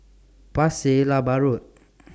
Pasir Laba Road